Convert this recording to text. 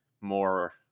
more